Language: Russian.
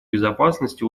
безопасности